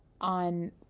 on